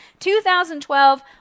2012